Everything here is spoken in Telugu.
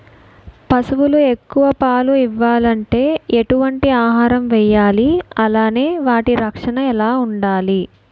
పశువులు ఎక్కువ పాలు ఇవ్వాలంటే ఎటు వంటి ఆహారం వేయాలి అలానే వాటి రక్షణ ఎలా వుండాలి?